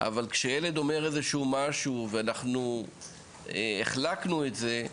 אבל כשילד אומר איזשהו משהו ואנחנו החלקנו את זה,